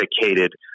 dedicated